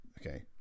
Okay